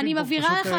אני מבהירה לך,